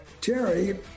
Terry